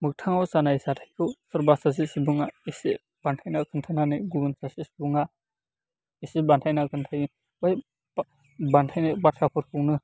मोगथाङाव जानाय जाथाइखौ सोरबा सासे सुबुङा एसे बान्थायना खोन्थानानै गुबुन सासे सुबुङा एसे बान्थायना खोन्थायो बै बान्थायनाय बाथ्राफोरखौनो